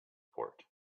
port